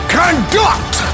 conduct